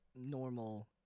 normal